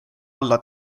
alla